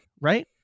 right